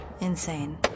insane